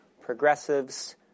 progressives